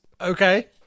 okay